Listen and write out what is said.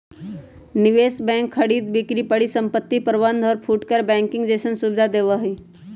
निवेश बैंक खरीद बिक्री परिसंपत्ति प्रबंध और फुटकर बैंकिंग जैसन सुविधा देवा हई